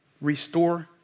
Restore